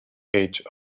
edge